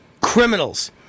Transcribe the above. Criminals